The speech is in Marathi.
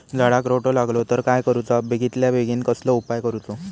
झाडाक रोटो लागलो तर काय करुचा बेगितल्या बेगीन कसलो उपाय करूचो?